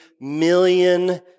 million